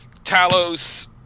Talos